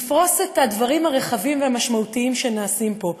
לפרוס את הדברים הרחבים והמשמעותיים שנעשים פה.